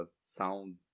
sound